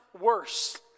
worse